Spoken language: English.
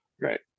Right